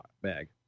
bag